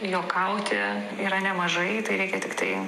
juokauti yra nemažai tai reikia tiktai